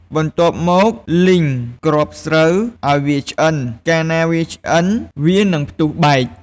បន្ទាប់មកលីងគ្រាប់ស្រូវឱ្យវាឆ្អិន កាលណាវាឆ្អិន វានឹងផ្ទុះបែក។